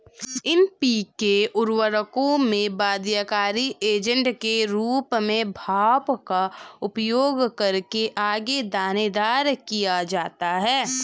NPK उर्वरकों में बाध्यकारी एजेंट के रूप में भाप का उपयोग करके आगे दानेदार किया जाता है